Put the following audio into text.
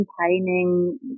campaigning